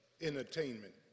entertainment